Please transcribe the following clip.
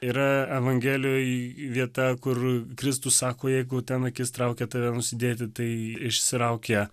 yra evangelijoj vieta kur kristus sako jeigu ten akis traukia tave nusidėti tai išsitrauk ją